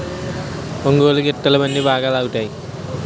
ఒంగోలు గిత్తలు బండి బాగా లాగుతాయి